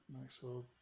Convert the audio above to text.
Maxwell